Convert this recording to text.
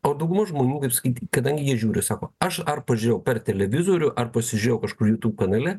o dauguma žmonių kaip skaityti kadangi jie žiūri sako aš ar pažiūrėjau per televizorių ar pasižiūrėjau kažkur jutub kanale